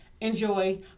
Enjoy